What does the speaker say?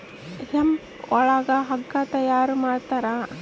hemp ಒಳಗ ಹಗ್ಗ ತಯಾರ ಮಾಡ್ತಾರ